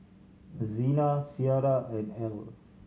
Xena Cierra and Ell